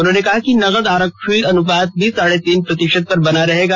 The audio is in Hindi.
उन्होंने कहा कि नकद आरक्षी अनुपात भी साढ़े तीन प्रतिशत पर बना रहेगा